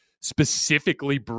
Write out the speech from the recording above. specifically